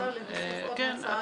אני יכולה להוסיף עוד הצעה?